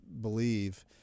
believe –